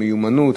איזו מיומנות,